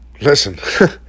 Listen